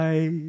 Bye